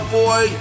boy